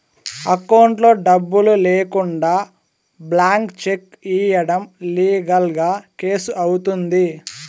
అకౌంట్లో డబ్బులు లేకుండా బ్లాంక్ చెక్ ఇయ్యడం లీగల్ గా కేసు అవుతుంది